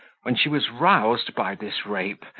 when she was roused by this rape,